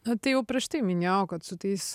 na tai jau prieš tai minėjau kad su tais